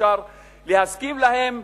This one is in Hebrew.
ואי-אפשר להסכים להן,